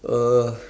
uh